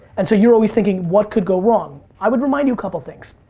and so you're always thinking, what could go wrong? i would remind you a couple things.